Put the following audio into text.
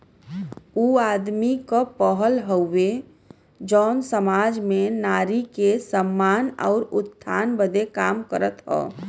ऊ आदमी क पहल हउवे जौन सामाज में नारी के सम्मान आउर उत्थान बदे काम करत हौ